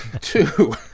Two